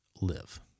live